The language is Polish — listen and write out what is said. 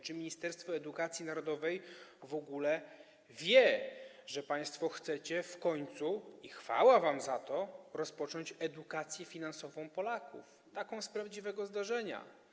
Czy Ministerstwo Edukacji Narodowej w ogóle wie, że państwo chcecie w końcu - i chwała wam za to - rozpocząć edukację finansową Polaków, taką z prawdziwego zdarzenia?